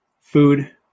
Food